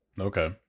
Okay